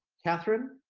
katharine,